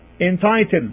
entitled